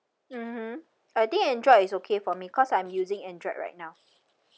mmhmm I think I android is okay for me because I'm using android right now